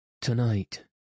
Tonight